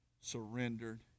surrendered